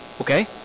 Okay